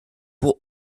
pour